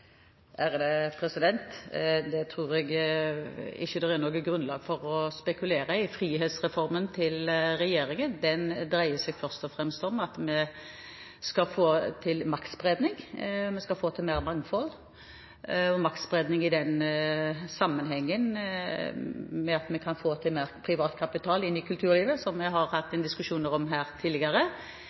Det tror jeg ikke det er noe grunnlag for å spekulere om. Denne regjeringens frihetsreform dreier seg først og fremst om at vi skal få til maktspredning, vi skal få til mer mangfold. Vi skal få til maktspredning ved at man får mer privat kapital inn i kulturlivet – som vi har hatt diskusjoner om her tidligere.